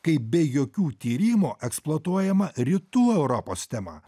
kaip be jokių tyrimų eksploatuojama rytų europos tema